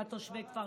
עופר,